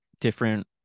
different